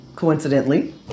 Coincidentally